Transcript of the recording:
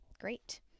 Great